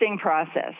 process